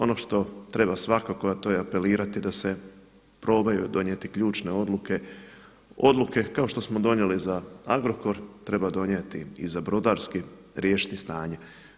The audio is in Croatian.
Ono što treba svakako, a to je apelirati da se probaju donijeti ključne odluke, odluke kao što smo donijeli za Agrokor treba donijeti i za brodarski, riješiti stanje.